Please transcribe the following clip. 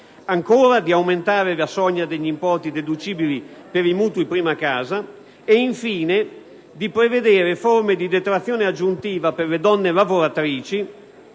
ancora, di aumentare la soglia degli importi deducibili per i mutui prima casa; infine, di prevedere forme di detrazione aggiuntiva per le donne lavoratrici